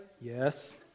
Yes